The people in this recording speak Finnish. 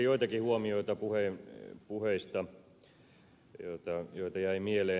joitakin huomioita puheista joita jäi mieleen